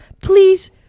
Please